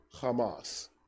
Hamas